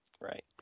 right